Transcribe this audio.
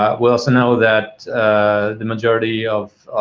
ah we also know that the majority of